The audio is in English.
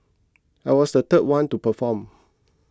I was the third one to perform